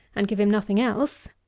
and give him nothing else,